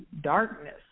darkness